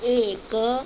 एक